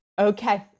Okay